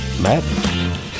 Matt